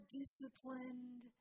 disciplined